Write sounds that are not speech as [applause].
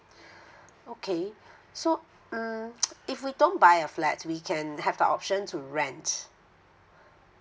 okay so mm [noise] if we don't buy a flat we can have the option to rent